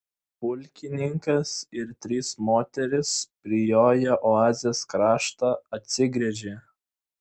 pulkininkas ir trys moterys prijoję oazės kraštą atsigręžė